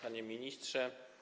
Panie Ministrze!